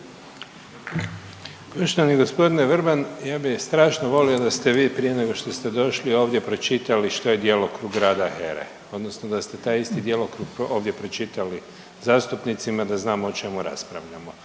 Poštovani g. Vrban ja bi strašno volio da ste vi prije nego što ste došli ovdje pročitali što je djelokrug rada HERA-e odnosno da ste taj isti djelokrug ovdje pročitali zastupnicima da znamo o čemu raspravljamo